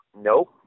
Nope